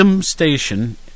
Station